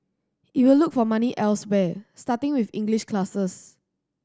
it will look for money elsewhere starting with English classes